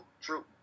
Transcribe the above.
True